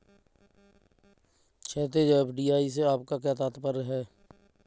क्षैतिज, एफ.डी.आई से आपका क्या तात्पर्य है?